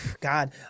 God